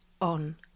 on